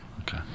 Okay